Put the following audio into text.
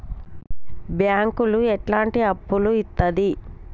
బ్యాంకులు ఎట్లాంటి అప్పులు ఇత్తది?